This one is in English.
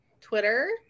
Twitter